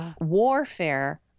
warfare